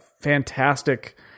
fantastic